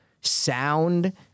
sound